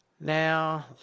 Now